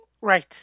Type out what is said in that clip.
Right